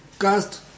cast